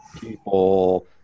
people